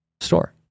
store